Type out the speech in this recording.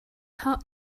hard